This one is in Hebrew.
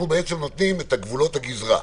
אנחנו בעצם קובעים את גבולות הגזרה.